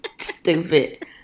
stupid